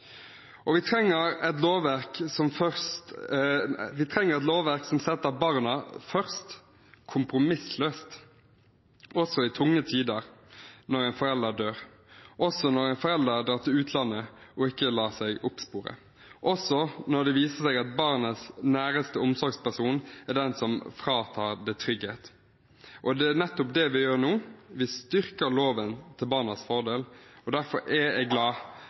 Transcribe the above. Vi trenger et lovverk som setter barna først, kompromissløst – også i tunge tider, når en forelder dør, når en forelder drar til utlandet og ikke lar seg oppspore, eller når det viser seg at barnets nærmeste omsorgsperson er den som fratar det trygghet. Det er nettopp det vi gjør nå, vi styrker loven til barnas fordel. Derfor er jeg glad